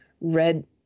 red